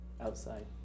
outside